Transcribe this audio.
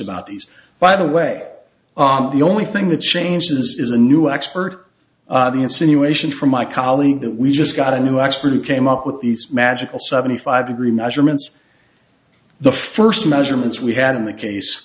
about these by the way the only thing that changes is a new expert the insinuation from my colleague that we just got a new x crew came up with these magical seventy five degree measurements the first measurements we had in the case